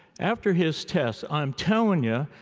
after his tests, i'm telling ya,